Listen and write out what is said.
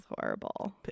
horrible